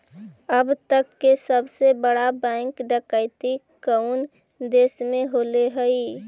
अब तक के सबसे बड़ा बैंक डकैती कउन देश में होले हइ?